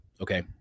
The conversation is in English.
Okay